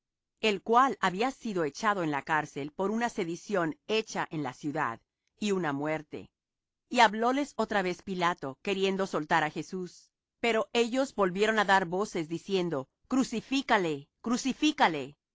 el cual había sido echado en la cárcel por una sedición hecha en la ciudad y una muerte y hablóles otra vez pilato queriendo soltar á jesús pero ellos volvieron á dar voces diciendo crucifícale